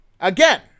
Again